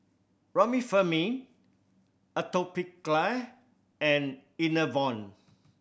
Remifemin Atopiclair and Enervon